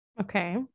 Okay